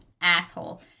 asshole